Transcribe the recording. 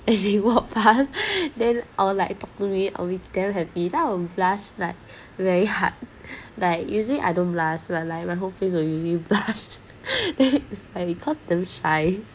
as he walk past then I'll like talk to me I'll be damn happy then I will blush like very hard like usually I don't blush but like my whole face usually blush) that is I cause damn shy